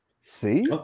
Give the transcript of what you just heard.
See